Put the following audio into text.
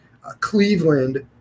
Cleveland